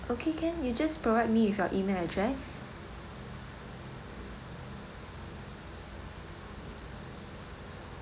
okay can you just provide me with your email address